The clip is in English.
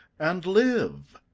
and live.